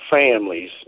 families